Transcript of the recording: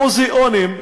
במוזיאונים,